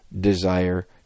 desire